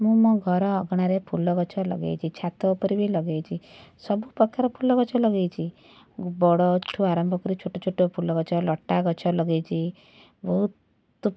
ମୁଁ ମୋ ଘରଅଗଣାରେ ଫୁଲଗଛ ଲଗେଇଛି ଛାତଉପରେ ବି ଲଗେଇଛି ସବୁପ୍ରକାର ଫୁଲଗଛ ଲଗେଇଛି ବଡ଼ ଠୁ ଆରମ୍ଭକରି ଛୋଟଛୋଟ ଫୁଲଗଛ ଲଟାଗଛ ଲଗେଇଛି ବହୁତ